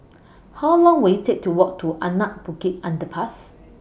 How Long Will IT Take to Walk to Anak Bukit Underpass